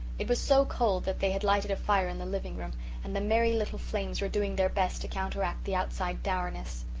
it was so cold that they had lighted a fire in the living-room and the merry little flames were doing their best to counteract the outside dourness.